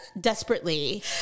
desperately